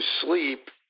sleep